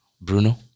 Bruno